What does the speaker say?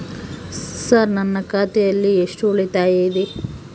Sir ನನ್ನ ಖಾತೆಯಲ್ಲಿ ಎಷ್ಟು ಉಳಿತಾಯ ಇದೆ?